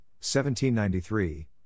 1793